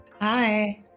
Hi